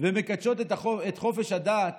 ומקדשות את חופש הדת